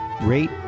rate